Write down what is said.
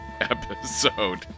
episode